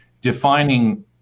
defining